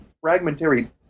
fragmentary